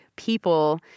people